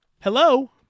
Hello